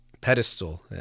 pedestal